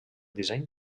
disseny